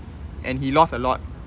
and he lost a lot